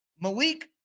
Malik